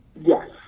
Yes